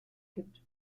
gibt